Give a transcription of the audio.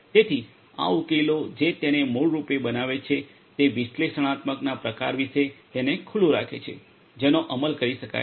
તેથી આ ઉકેલો જે તેને મૂળરૂપે બનાવે છે તે વિશ્લેષણાત્મકના પ્રકાર વિશે તેને ખુલ્લું રાખે છે જેનો અમલ કરી શકાય છે